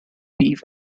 beef